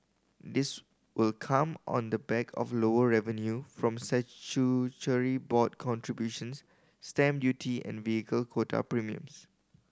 this will come on the back of lower revenue from statutory board contributions stamp duty and vehicle quota premiums